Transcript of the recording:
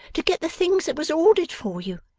to get the things that was ordered for you.